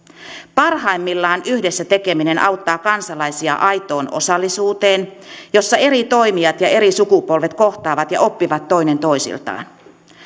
parhaimmillaan yhdessä tekeminen auttaa kansalaisia aitoon osallisuuteen jossa eri toimijat ja eri sukupolvet kohtaavat ja oppivat toinen toisiltaan